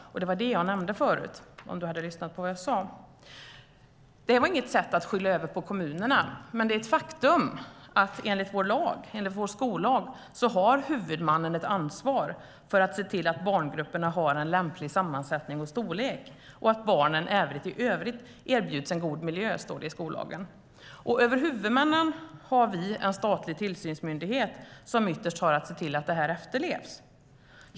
Det var vad jag nämnde förut, som du hade hört om du hade lyssnat på vad jag sade. Det är inget sätt att skylla på kommunerna. Det är ett faktum att enligt vår skollag har huvudmannen ett ansvar för att se till att barngrupperna har en lämplig sammansättning och storlek och att barnen i övrigt erbjuds en god miljö. Det står i skollagen. Över huvudmännen har vi en statlig tillsynsmyndighet som ytterst har att se till att det efterlevs.